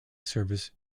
service